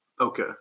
Okay